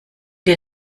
dir